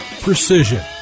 precision